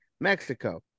Mexico